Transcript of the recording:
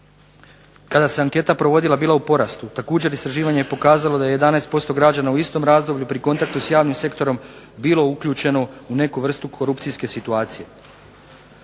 kada se anketa bila provodila bila u porastu. Također je istraživanje je pokazalo da je 11% građana u istom razdoblju pri kontaktu sa javnim sektorom bilo uključeno u neku vrstu korupcijske situacije.